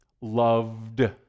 loved